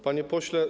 Panie Pośle!